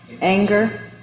Anger